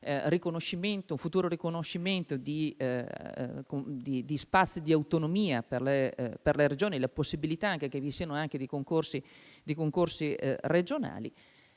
un futuro riconoscimento di spazi di autonomia per le Regioni e della possibilità che vi siano anche dei concorsi regionali;